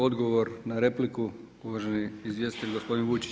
Odgovor na repliku uvaženi izvjestitelj gospodin Vujčić.